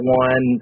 one